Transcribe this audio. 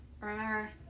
remember